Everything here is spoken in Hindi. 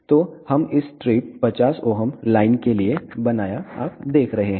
तो हम इस स्ट्रिप 50 Ω लाइन के लिए बनाया आप देख रहे है